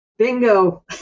Bingo